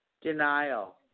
denial